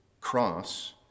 cross